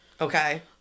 Okay